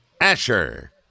Asher